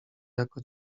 jako